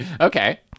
Okay